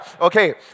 Okay